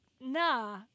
nah